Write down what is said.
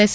S